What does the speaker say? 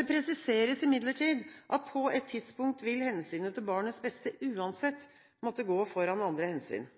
Det presiseres imidlertid at på et tidspunkt vil hensynet til barnets beste uansett måtte gå foran andre hensyn.